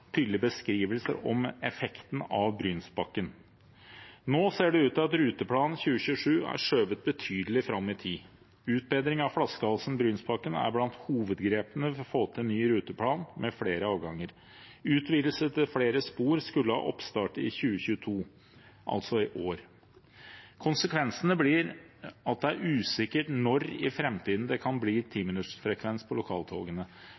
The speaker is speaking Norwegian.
effekten av Brynsbakken. Nå ser det ut til at Rutemodell 2027 er skjøvet betydelig fram i tid. Utbedring av flaskehalsen Brynsbakken er blant hovedgrepene for å få til en ny ruteplan med flere avganger. Utvidelse til flere spor skulle ha oppstart i 2022, altså i år. Konsekvensene blir at det er usikkert når i framtiden det kan bli timinuttersfrekvens på lokaltogene,